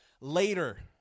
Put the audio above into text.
later